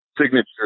signature